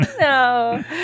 No